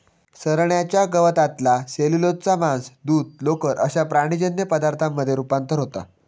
चरण्याच्या गवतातला सेल्युलोजचा मांस, दूध, लोकर अश्या प्राणीजन्य पदार्थांमध्ये रुपांतर होता